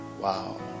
wow